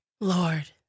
Lord